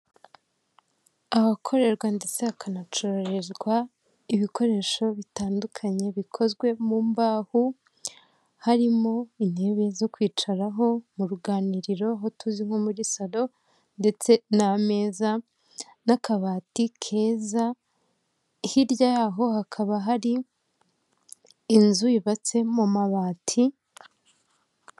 Aakorerwa ndetse hakanacuruzwa ibikoresho bitandukanye bikozwe mu mbaho, harimo intebe zo kwicaraho mu ruganiriro aho tuzi nko muri salo ndetse n'ameza n'akabati keza, hirya yaho hakaba hari inzu yubatse mu mabati.